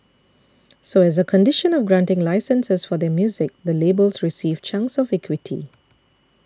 so as a condition of granting licences for their music the labels received chunks of equity